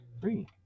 Three